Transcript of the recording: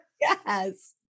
Yes